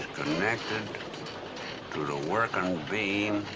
connected to the working beam.